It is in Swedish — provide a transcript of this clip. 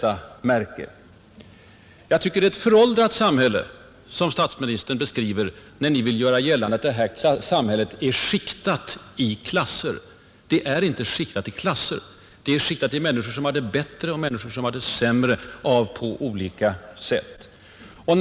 Jag tycker att det är ett föråldrat samhälle som Ni, herr statsminister, beskriver, när Ni vill göra gällande att det här samhället är skiktat i klasser. Det är inte skiktat i klasser — det är skiktat i människor som har det bättre och människor som har det sämre på olika sätt. 3.